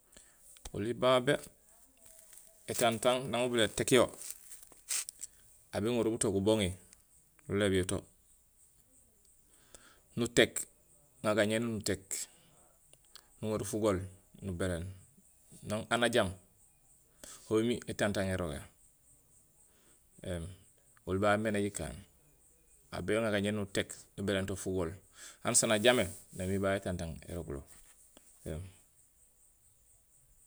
Oli babé étantang naŋ ubil éték yo, aw béŋorul buto guboŋi, nulééb yoto nutéék, nuŋaar gañéén nutéék, nuŋorul fugool nubénéén. Naŋ aan ajaam ho bémi étantang érogé éém oli babé méé najikaan, aw béŋaar gañééni nutéék nubénéénto fugool, anusaan ajamé namiir babé étantang érogulo éém